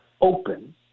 open